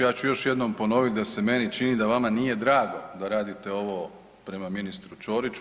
Ja ću još jednom ponoviti da se meni čini da vama nije drago da radite ovo prema ministru Ćoriću.